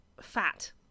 fat